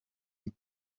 iyi